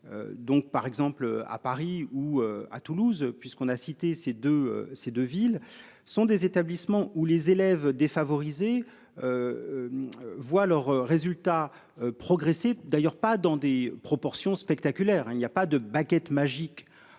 Donc par exemple à Paris ou à Toulouse puisqu'on a cité c'est de ces deux villes sont des établissements où les élèves défavorisés. Voient leurs résultats progresser d'ailleurs pas dans des proportions spectaculaires. Il n'y a pas de baguette magique.